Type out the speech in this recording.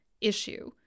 issue